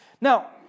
Now